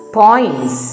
points